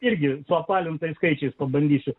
irgi suapvalintais skaičiais pabandysiu